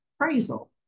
appraisal